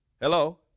Hello